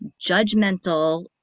judgmental